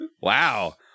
wow